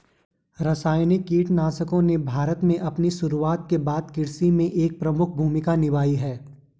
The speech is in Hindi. रासायनिक कीटनाशकों ने भारत में अपनी शुरूआत के बाद से कृषि में एक प्रमुख भूमिका निभाई है